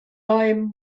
i’m